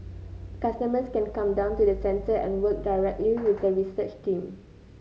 customers can come down to the centre and work directly with the research team